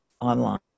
online